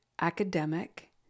academic